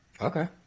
Okay